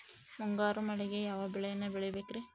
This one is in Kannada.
ಮುಂಗಾರು ಮಳೆಗೆ ಯಾವ ಬೆಳೆಯನ್ನು ಬೆಳಿಬೇಕ್ರಿ?